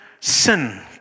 Sin